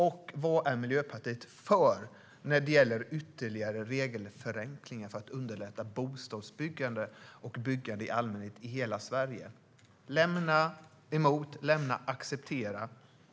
Och vad är Miljöpartiet för när det gäller ytterligare regelförenklingar för att underlätta bostadsbyggande och byggande i allmänhet i hela Sverige? Lämna "emot" och lämna "acceptera".